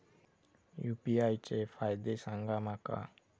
UPI चे फायदे सांगा माका?